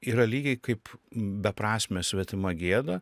yra lygiai kaip beprasmė svetima gėda